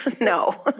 No